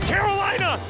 Carolina